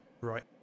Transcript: right